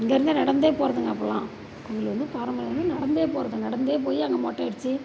இங்கேருந்து நடந்தே போகிறதுங்க அப்போல்லாம் கோவிலு வந்து பாரம்பரியம் வந்து நடந்தே போகிறது நடந்தே போய் அங்கே மொட்டையடித்து